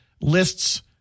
lists